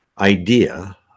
idea